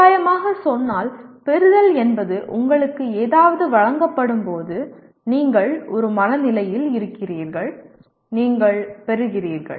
தோராயமாக சொன்னால் பெறுதல் என்பது உங்களுக்கு ஏதாவது வழங்கப்படும்போது நீங்கள் ஒரு மனநிலையில் இருக்கிறீர்கள் நீங்கள் பெறுகிறீர்கள்